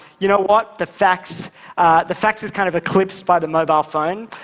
you know what, the fax the fax is kind of eclipsed by the mobile phone?